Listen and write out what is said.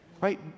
Right